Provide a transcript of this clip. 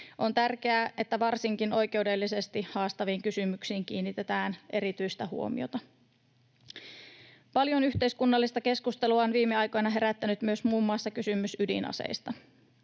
On tärkeää, että varsinkin oikeudellisesti haastaviin kysymyksiin kiinnitetään erityistä huomiota. Paljon yhteiskunnallista keskustelua on viime aikoina herättänyt myös muun muassa kysymys ydinaseista.